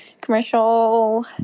commercial